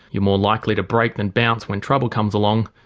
you're more likely to break than bounce when trouble comes along,